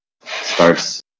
starts